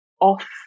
off